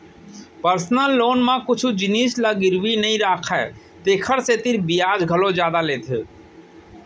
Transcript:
personal loan म कुछु जिनिस ल गिरवी नइ राखय तेकर सेती बियाज घलौ जादा लेथे